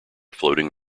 floating